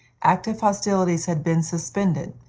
active hostilities had been suspended,